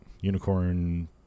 Unicorn